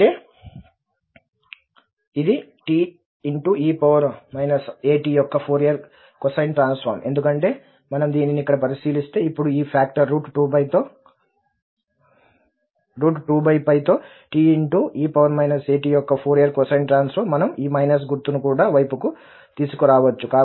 అంటే ఇది te at యొక్క ఫోరియర్ కొసైన్ ట్రాన్స్ఫార్మ్ ఎందుకంటే మనం దీనిని ఇక్కడ పరిశీలిస్తే ఇప్పుడు ఈ ఫ్యాక్టర్ 2 తో te at యొక్క ఫోరియర్ కొసైన్ ట్రాన్స్ఫార్మ్ మనం ఈ మైనస్ గుర్తును కుడి వైపుకు తీసుకురావచ్చు